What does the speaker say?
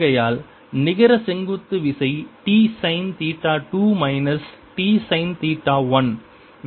ஆகையால் நிகர செங்குத்து விசை T sine theta 2 minus T sine theta 1